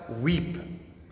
weep